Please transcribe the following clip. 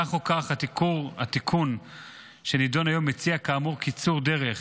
כך או כך, התיקון שנדון היום מציע כאמור קיצור דרך